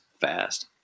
fast